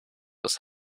was